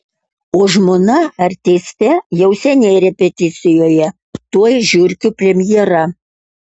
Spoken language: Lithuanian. o žmona artistė jau seniai repeticijoje tuoj žiurkių premjera